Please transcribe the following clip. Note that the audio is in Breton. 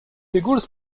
pegoulz